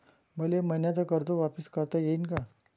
मले मईन्याचं कर्ज वापिस करता येईन का?